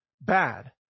bad